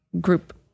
group